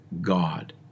God